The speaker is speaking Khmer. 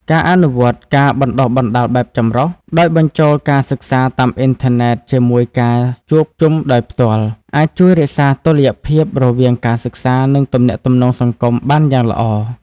ការអនុវត្ត ការបណ្តុះបណ្តាលបែបចម្រុះ ដោយបញ្ចូលការសិក្សាតាមអ៊ីនធឺណិតជាមួយការជួបជុំដោយផ្ទាល់ អាចជួយរក្សាតុល្យភាពរវាងការសិក្សា និងទំនាក់ទំនងសង្គមបានយ៉ាងល្អ។